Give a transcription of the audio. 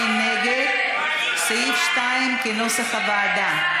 מי נגד סעיף 2, כנוסח הוועדה?